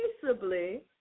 peaceably